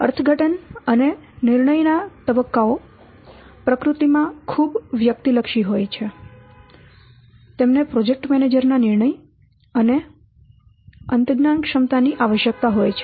અર્થઘટન અને નિર્ણયના તબક્કાઓ પ્રકૃતિમાં ખૂબ વ્યક્તિલક્ષી હોય છે તેમને પ્રોજેક્ટ મેનેજર ના નિર્ણય અને અંતજ્ઞાન ક્ષમતા ની આવશ્યકતા હોય છે